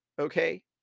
Okay